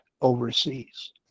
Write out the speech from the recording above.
overseas